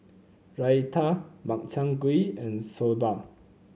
raita Makchang Gui and Soba